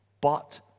But